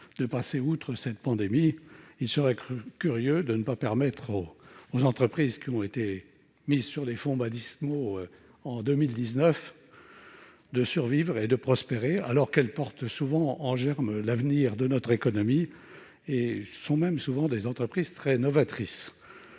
de passer outre cette pandémie, il serait curieux de ne pas permettre à celles qui ont été mises sur les fonts baptismaux en 2019 de survivre et de prospérer. Elles portent souvent en germe l'avenir de notre économie. Ce sont même souvent des entreprises très novatrices.